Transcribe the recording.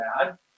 bad